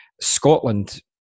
Scotland